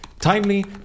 Timely